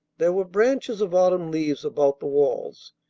there were branches of autumn leaves about the walls,